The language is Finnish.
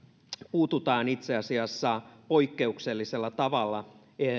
puututaan itse asiassa poikkeuksellisella tavalla